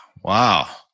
Wow